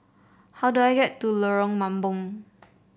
how do I get to Lorong Mambong